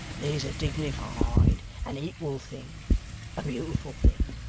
there's a dignified and equal thing a beautiful thing!